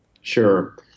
Sure